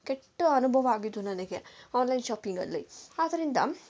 ಕೆಟ್ಟ ಅನುಭವ ಆಗಿದ್ದು ನನಗೆ ಆನ್ಲೈನ್ ಶಾಪಿಂಗಲ್ಲಿ ಆದ್ರಿಂದ